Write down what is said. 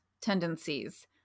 tendencies